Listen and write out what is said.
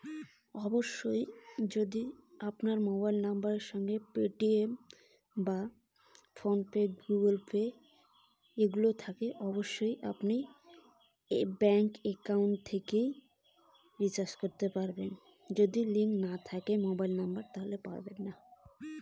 Mobile recharge কেমন করি করা যায় ব্যাংক একাউন্ট থাকি?